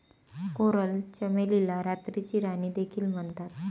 coral चमेलीला रात्रीची राणी देखील म्हणतात